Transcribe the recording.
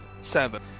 Seven